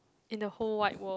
in the whole wide world